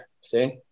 See